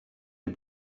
les